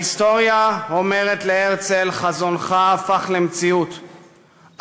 ההיסטוריה אומרת להרצל: חזונך הפך למציאות,